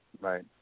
right